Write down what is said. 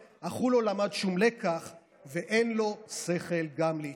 / אך הוא לא למד שום לקח / ואין לו שכל גם להצטער.